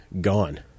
gone